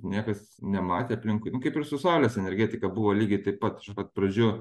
niekas nematė aplinkui nu kaip ir su saulės energetika buvo lygiai taip pat iš pat pradžių